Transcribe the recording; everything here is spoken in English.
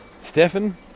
Stefan